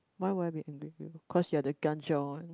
why would I be angry with you cause you are the kan-chiong one